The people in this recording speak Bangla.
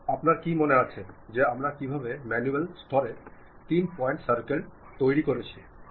আপনার কী মনে আছে যে আমরা কীভাবে ম্যানুয়াল স্তরে তিন পয়েন্ট সার্কেল তৈরি করেছি